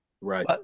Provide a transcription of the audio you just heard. Right